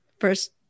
first